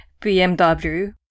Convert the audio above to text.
bmw